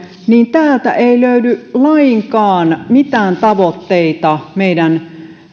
täältä ei löydy lainkaan mitään tavoitteita meidän